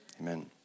amen